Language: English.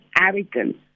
arrogance